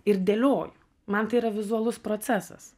ir dėlioju man tai yra vizualus procesas